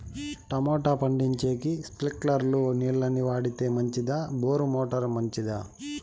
Tomato పండించేకి స్ప్రింక్లర్లు నీళ్ళ ని వాడితే మంచిదా బోరు మోటారు మంచిదా?